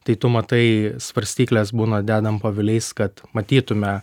tai tu matai svarstykles būna dedam po aviliais kad matytume